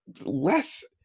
less